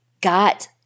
got